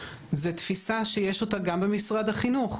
זו תפיסה שיש אותה גם במשרד החינוך,